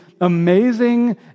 amazing